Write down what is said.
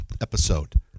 episode